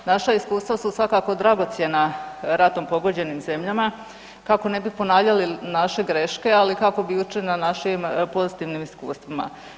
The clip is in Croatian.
Naša iskustva su svakako dragocjena ratom pogođenim zemljama kako ne bi ponavljali naše greške, ali kako bi učili na našim pozitivnim iskustvima.